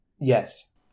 Yes